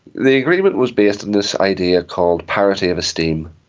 the agreement was based on this idea called parity of esteem,